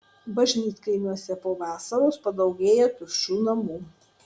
bažnytkaimiuose po vasaros padaugėja tuščių namų